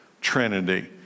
trinity